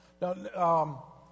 Now